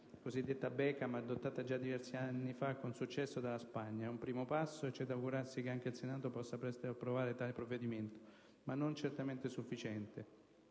cosiddetta legge Beckham, adottata già diversi anni fa con successo dalla Spagna. È un primo passo e c'è da augurarsi che anche il Senato possa presto approvare tale provvedimento, ma non è certamente sufficiente.